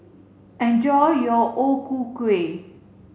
enjoy your O Ku Kueh